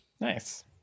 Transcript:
nice